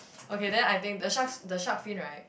okay then I think the shark's the shark fin right